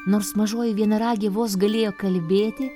nors mažoji vienaragė vos galėjo kalbėti